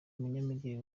umunyamideli